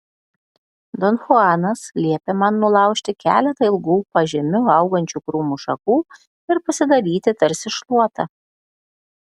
don chuanas liepė man nulaužti keletą ilgų pažemiu augančių krūmų šakų ir pasidaryti tarsi šluotą